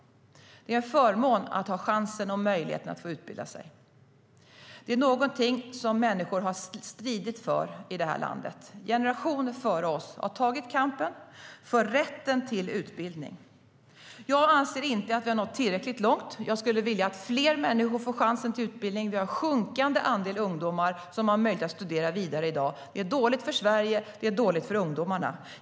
Det är en förmån att ha chansen och möjligheten att få utbilda sig. Det är något man har stridit för i det här landet. Generationer före oss har tagit kampen för rätten till utbildning. Jag anser inte att vi har nått tillräckligt långt. Jag skulle vilja att fler människor får chansen till utbildning. Vi har en sjunkande andel ungdomar som har möjlighet att studera vidare i dag. Det är dåligt för Sverige, och det är dåligt för ungdomarna.